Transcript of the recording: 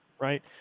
Right